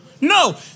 No